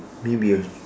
maybe a